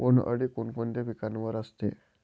बोंडअळी कोणकोणत्या पिकावर असते?